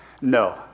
No